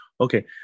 okay